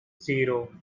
zero